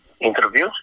interview